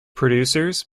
producers